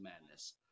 madness